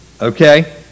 Okay